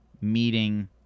meeting